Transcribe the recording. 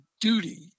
duty